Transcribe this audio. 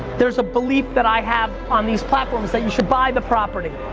there's a belief that i have on these platforms that you should buy the property.